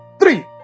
Three